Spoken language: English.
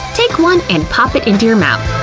take one and pop it into your mouth!